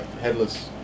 headless